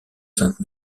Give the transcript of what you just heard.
sainte